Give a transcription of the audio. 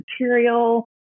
material